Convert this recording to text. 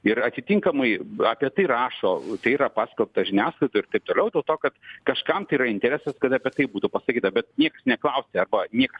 ir atitinkamai apie tai rašo tai yra paskelbta žiniasklaidoj ir taip toliau dėl to kad kažkam tai yra interesas kad apie tai būtų pasakyta bet nieks neklausia arba nieks